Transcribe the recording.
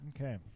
Okay